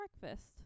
breakfast